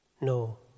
No